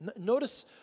Notice